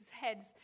heads